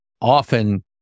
often